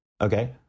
okay